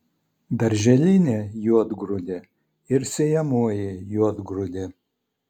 darželinė juodgrūdė ir sėjamoji juodgrūdė